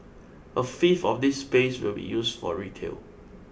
a fifth of this space will be used for retail